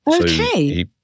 Okay